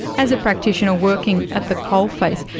as a practitioner working at the coalface,